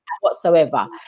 whatsoever